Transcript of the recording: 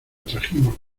trajimos